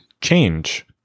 change